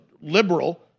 liberal